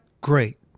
great